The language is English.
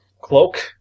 cloak